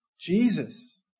Jesus